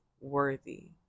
worthy